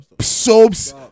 soaps